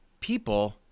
people